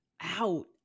Out